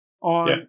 on